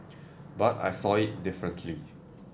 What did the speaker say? but I saw it differently